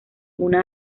una